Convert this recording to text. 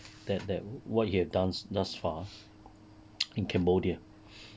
that that what he have does thus far in cambodia